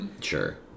Sure